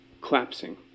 collapsing